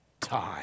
time